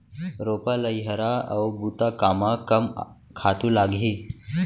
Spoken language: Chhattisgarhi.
रोपा, लइहरा अऊ बुता कामा कम खातू लागही?